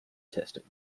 testing